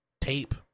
tape